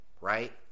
right